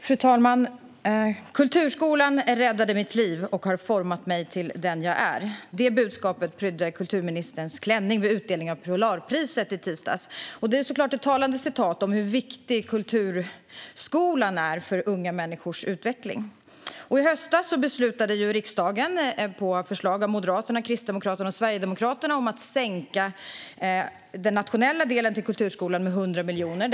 Fru talman! "Kulturskolan räddade mitt liv och har format mig till den jag är." Detta budskap prydde kulturministerns klänning vid utdelningen av Polarpriset i tisdags. Det är ett talande citat om hur viktig kulturskolan är för unga människors utveckling. I höstas beslutade riksdagen på förslag av Moderaterna, Kristdemokraterna och Sverigedemokraterna att sänka den nationella delen av bidraget till kulturskolan med 100 miljoner.